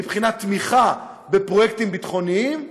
מבחינת תמיכה בפרויקטים ביטחוניים,